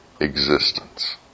existence